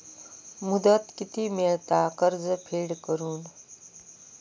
मुदत किती मेळता कर्ज फेड करून?